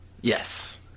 Yes